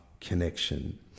connection